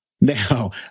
Now